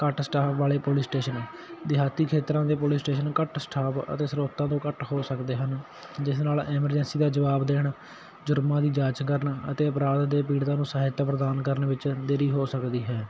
ਘੱਟ ਸਟਾਫ ਵਾਲੇ police station ਦਿਹਾਤੀ ਖੇਤਰਾਂ ਦੇ ਪੁਲਿਸ ਸਟੇਸ਼ਨ ਘੱਟ ਸਟਾਫ ਅਤੇ ਸਰੋਤਾਂ ਤੋਂ ਘੱਟ ਹੋ ਸਕਦੇ ਹਨ ਜਿਸ ਨਾਲ ਐਮਰਜੈਂਸੀ ਦਾ ਜਵਾਬ ਦੇਣ ਜੁਰਮਾਂ ਦੀ ਜਾਂਚ ਕਰਨ ਅਤੇ ਅਪਰਾਧ ਦੇ ਪੀੜਤਾਂ ਨੂੰ ਸਹਾਇਤਾ ਪ੍ਰਦਾਨ ਕਰਨ ਵਿੱਚ ਦੇਰੀ ਹੋ ਸਕਦੀ ਹੈ